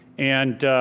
and